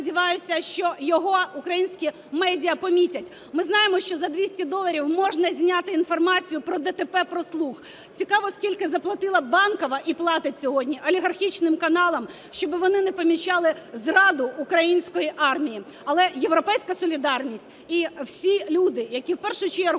що його українські медіа помітять. Ми знаємо, що за 200 доларів можна зняти інформацію про ДТП, про "слуг". Цікаво, скільки заплатила Банкова і платить сьогодні олігархічним каналам, щоби вони не помічали зраду української армії. Але "Європейська солідарність" і всі люди, які в першу чергу